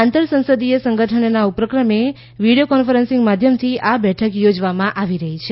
આંતરસંસદીય સંગઠનનાં ઉપક્રમે video conferencing માધ્યમથી આ બેઠક યોજવામાં આવી છે